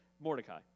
Mordecai